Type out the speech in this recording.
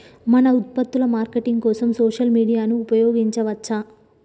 మన ఉత్పత్తుల మార్కెటింగ్ కోసం సోషల్ మీడియాను ఉపయోగించవచ్చా?